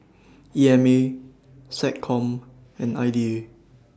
E M A Seccom and I D A